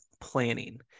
planning